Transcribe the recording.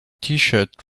tshirt